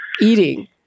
eating